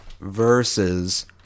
Versus